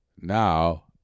now